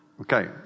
Okay